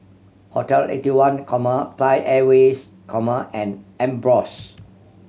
Hotel Eighty one comma Thai Airways comma and Ambros